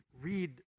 read